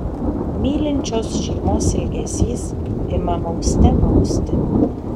mylinčios šeimos ilgesys ima mauste mausti